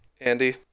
Andy